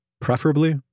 preferably